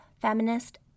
feminist